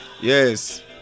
Yes